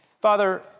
Father